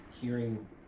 hearing